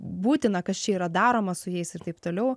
būtina kas čia yra daroma su jais ir taip toliau